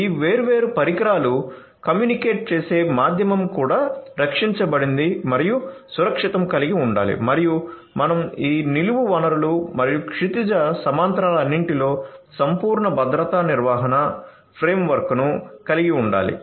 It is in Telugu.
ఈ వేర్వేరు పరికరాలు కమ్యూనికేట్ చేసే మాధ్యమం కూడా రక్షించబడింది మరియు సురక్షితం కలిగి ఉండాలి మరియు మనం ఈ నిలువు వరుసలు మరియు క్షితిజ సమాంతరాలన్నింటిలో సంపూర్ణ భద్రతా నిర్వహణ ఫ్రేమ్వర్క్ను కలిగి ఉండాలి